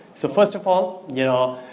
so first of all, you know,